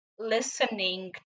listening